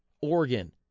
Oregon